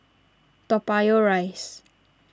Toa Payoh Rise